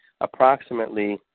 approximately